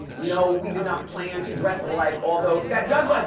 no, we did not plan to dress alike, although that does, like